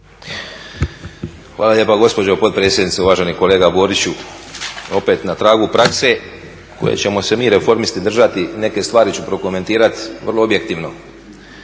Hvala lijepa gospođo potpredsjednice. Uvaženi kolega Boriću, opet na tragu prakse koje ćemo se mi reformisti držati, neke stvari ću prokomentirati vrlo objektivno.